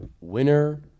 winner